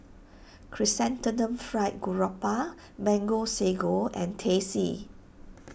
Chrysanthemum Fried Garoupa Mango Sago and Teh C